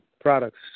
products